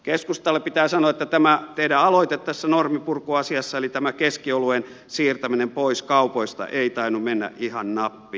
keskustalle pitää sanoa että tämä teidän aloitteenne tässä normipurkuasiassa eli tämä keski oluen siirtäminen pois kaupoista ei tainnut mennä ihan nappiin